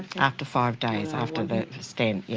after five days, after the stent. yeah